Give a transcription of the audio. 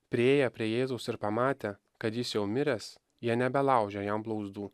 priėję prie jėzaus ir pamatę kad jis jau miręs jie nebelaužė jam blauzdų